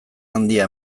handia